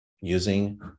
using